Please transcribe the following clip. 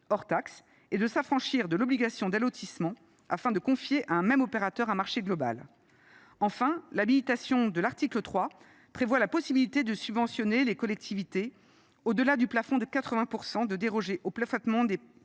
hors taxes, et de s’affranchir de l’obligation d’allotissement, afin de pouvoir confier à un même opérateur un marché global. Enfin, l’habilitation de l’article 3 prévoit la possibilité de subventionner les collectivités au delà du plafond de 80 %, de déroger au plafonnement